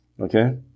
Okay